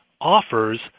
offers